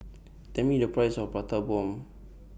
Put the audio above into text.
Tell Me The Price of Prata Bomb